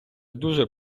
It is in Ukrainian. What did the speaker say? дуже